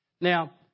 Now